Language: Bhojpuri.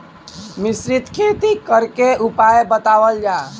मिश्रित खेती करे क उपाय बतावल जा?